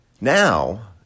Now